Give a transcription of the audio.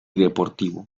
deportivo